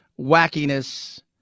wackiness